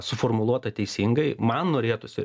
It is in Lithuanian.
suformuluota teisingai man norėtųsi